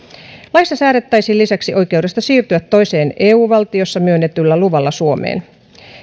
laissa säädettäisiin lisäksi oikeudesta siirtyä toisessa eu valtiossa myönnetyllä luvalla suomeen